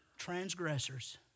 transgressors